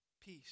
Peace